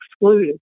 excluded